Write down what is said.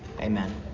Amen